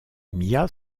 mia